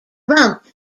rump